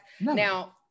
now